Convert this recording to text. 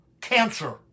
cancer